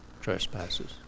trespasses